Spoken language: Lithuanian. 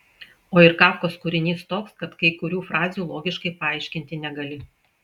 o ir kafkos kūrinys toks kad kai kurių frazių logiškai paaiškinti negali